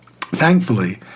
Thankfully